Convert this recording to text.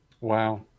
Wow